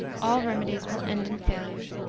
all remedies will end in failure.